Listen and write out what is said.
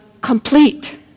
complete